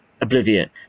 Oblivion